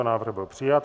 Návrh byl přijat.